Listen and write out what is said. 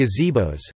gazebos